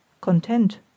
Content